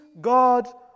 God